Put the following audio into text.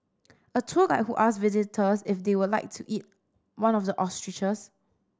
a tour guide who asked visitors if they would like to eat one of the ostriches